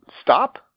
Stop